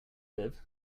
live